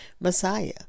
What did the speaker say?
Messiah